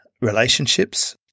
relationships